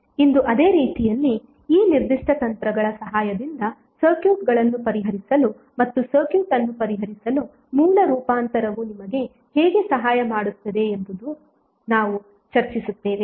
ಇಂದು ಅದೇ ರೀತಿಯಲ್ಲಿ ಈ ನಿರ್ದಿಷ್ಟ ತಂತ್ರಗಳ ಸಹಾಯದಿಂದ ಸರ್ಕ್ಯೂಟ್ಗಳನ್ನು ಪರಿಹರಿಸಲು ಮತ್ತು ಸರ್ಕ್ಯೂಟ್ ಅನ್ನು ಪರಿಹರಿಸಲು ಮೂಲ ರೂಪಾಂತರವು ನಿಮಗೆ ಹೇಗೆ ಸಹಾಯ ಮಾಡುತ್ತದೆ ಎಂಬುದನ್ನು ನಾವು ಚರ್ಚಿಸುತ್ತೇವೆ